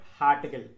article